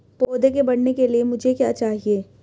पौधे के बढ़ने के लिए मुझे क्या चाहिए?